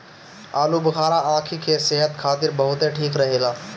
आलूबुखारा आंखी के सेहत खातिर बहुते ठीक रहेला